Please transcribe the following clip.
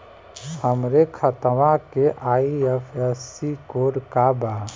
हमरे खतवा के आई.एफ.एस.सी कोड का बा?